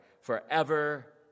forever